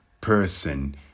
person